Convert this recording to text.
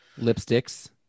lipsticks